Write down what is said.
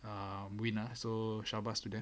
um win ah so syabas to them